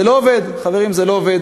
זה לא עובד, חברים, זה לא עובד.